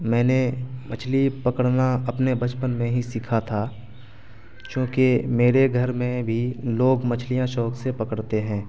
میں نے مچھلی پکڑنا اپنے بچپن میں ہی سیکھا تھا چونکہ میرے گھر میں بھی لوگ مچھلیاں شوق سے پکڑتے ہیں